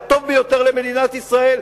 הטוב ביותר למדינת ישראל,